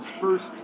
first